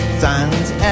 silence